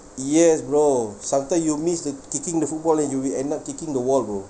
yes bro sometimes you miss the kicking the football then you will end up kicking the wall bro